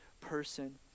person